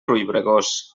riubregós